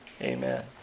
Amen